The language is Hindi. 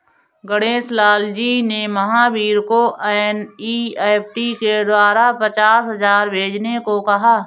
गणेश लाल जी ने महावीर को एन.ई.एफ़.टी के द्वारा पचास हजार भेजने को कहा